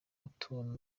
utuntu